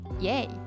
yay